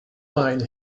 wine